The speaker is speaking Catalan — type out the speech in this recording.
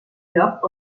lloc